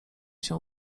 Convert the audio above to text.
się